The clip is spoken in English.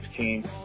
16